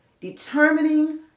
determining